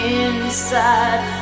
inside